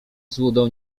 złudą